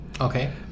Okay